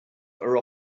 are